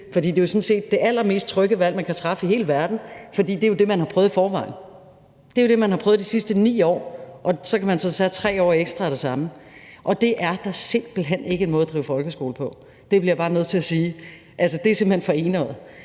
set det allermest trygge valg, man kan træffe i hele verden, for det er det, man har prøvet i forvejen. Det er det, man har prøvet de sidste 9 år, og så kan man så tage 3 år ekstra af det samme. Det er da simpelt hen ikke en måde at drive folkeskole på. Det bliver jeg bare nødt til at sige, det er simpelt hen for enøjet.